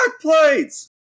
Plates